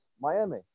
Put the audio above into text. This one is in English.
Miami